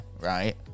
right